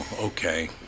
okay